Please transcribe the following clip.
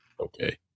okay